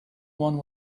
one